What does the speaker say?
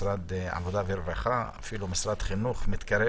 משרד העבודה והרווחה ואפילו משרד החינוך מתקרב